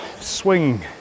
swing